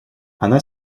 она